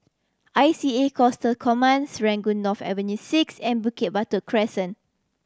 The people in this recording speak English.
I C A Coastal Command Serangoon North Avenue Six and Bukit Batok Crescent